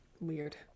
Weird